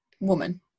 woman